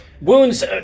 wounds